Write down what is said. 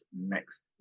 next